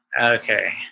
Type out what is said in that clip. Okay